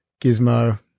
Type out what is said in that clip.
Gizmo